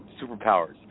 superpowers